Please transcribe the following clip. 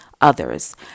others